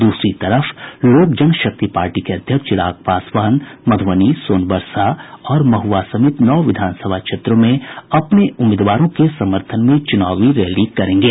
दूसरी तरफ लोक जनशक्ति पार्टी के अध्यक्ष चिराग पासवान मधुबनी सोनबरसा और महुआ समेत नौ विधानसभा क्षेत्रों में अपने उम्मीदवारों के समर्थन में चुनावी रैली करेंगे